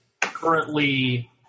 currently